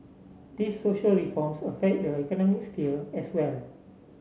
these social reforms affect the economic sphere as well